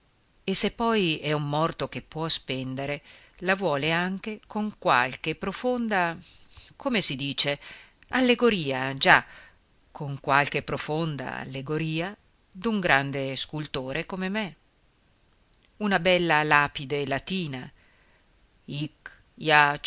anche e se poi è un morto che può spendere la vuole anche con qualche profonda come si dice allegoria già con qualche profonda allegoria d'un grande scultore come me una bella lapide latina hic